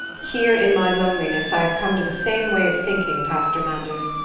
here, in my loneliness, i have come to the same way of thinking, pastor manders.